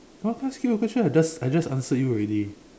no I can't skip a question I just I just answered you already